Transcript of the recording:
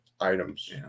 items